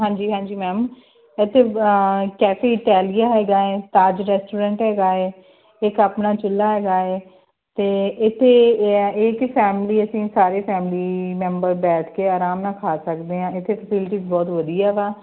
ਹਾਂਜੀ ਹਾਂਜੀ ਮੈਮ ਇੱਥੇ ਕੈਫ਼ੀ ਟੈਲੀਆ ਹੈਗਾ ਹੈ ਤਾਜ ਰੈਸਟੋਰੈਂਟ ਹੈਗਾ ਹੈ ਇੱਕ ਆਪਣਾ ਚੁੱਲ੍ਹਾ ਹੈਗਾ ਹੈ ਅਤੇ ਇੱਥੇ ਇਹ ਕਿ ਫੈਮਲੀ ਅਸੀਂ ਸਾਰੇ ਫੈਮਲੀ ਮੈਂਬਰ ਬੈਠ ਕੇ ਆਰਾਮ ਨਾਲ ਖਾ ਸਕਦੇ ਹਾਂ ਇੱਥੇ ਫੈਸਿਲਿਟੀਜ਼ ਬਹੁਤ ਵਧੀਆ ਵਾ